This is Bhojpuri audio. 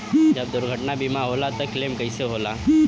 जब दुर्घटना बीमा होला त क्लेम कईसे होला?